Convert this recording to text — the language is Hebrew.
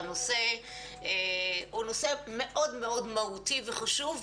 שנושא הוא נושא מאוד מאוד מהותי וחשוב,